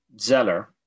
Zeller